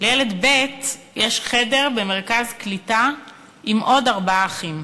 לילד ב' יש חדר במרכז קליטה עם עוד ארבעה אחים.